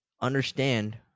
understand